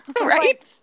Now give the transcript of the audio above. right